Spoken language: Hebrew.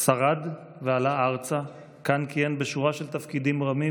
שרד ועלה ארצה וכאן כיהן בשורה של תפקידים רמים,